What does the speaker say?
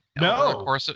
No